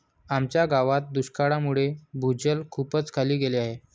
आमच्या गावात दुष्काळामुळे भूजल खूपच खाली गेले आहे